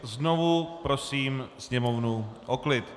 Znovu prosím Sněmovnu o klid.